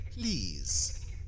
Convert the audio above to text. Please